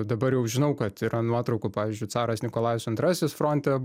dabar jau žinau kad yra nuotraukų pavyzdžiui caras nikolajus antrasis fronte